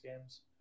games